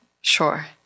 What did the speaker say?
sure